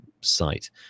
site